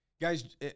guys